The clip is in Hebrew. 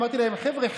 ואמרתי להם: חבר'ה,